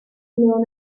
known